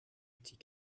petit